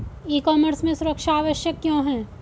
ई commerce में सुरक्षा आवश्यक क्यों है?